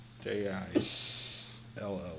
J-I-L-L